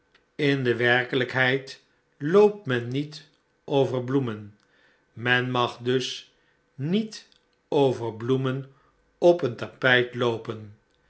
in de werkelijkheid loopt men niet over bloemen men mag dus niet over bloemen op een tapijt loopen